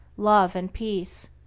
love and peace,